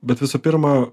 bet visų pirma